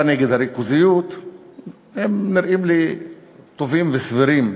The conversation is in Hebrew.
נגד הריכוזיות נראים לי טובים וסבירים.